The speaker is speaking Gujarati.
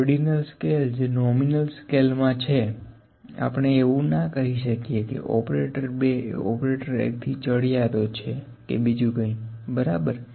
ઓર્ડીનલ સ્કેલ જે નોમિનલ સ્કેલ મા છે આપણે એવું નાં કહી શકીએ કે ઓપરેટર 2 એ ઓપરેટર 1 થી ચડિયાતો છે કે બીજું કંઈ બરાબર